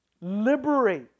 liberate